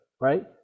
right